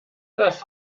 das